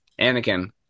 anakin